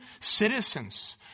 citizens